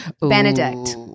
Benedict